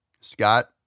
Scott